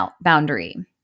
boundary